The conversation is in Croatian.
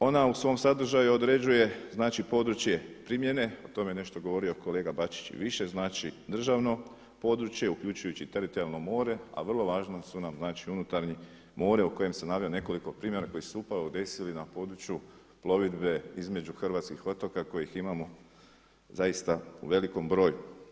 Ona u svom sadržaju određuje područje primjene, o tome je nešto govorio kolega Bačić i više znači državno područje uključujući teritorijalno more, a vrlo važna su nam unutarnje more o kojem sam naveo nekoliko primjera koji su se upravo desili na području plovidbe između hrvatskih otoka kojih imamo zaista u velikom broju.